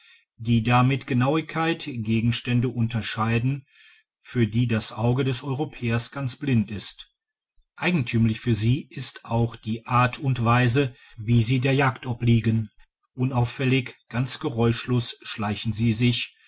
die da mit genauigkeit gegenstände unterscheiden für die das auge des europäers ganz blind ist eigentümlich für sie ist auch die art und weise wie sie der jagd obliegen unauffällig ganz geräuschlos schleichen sie sich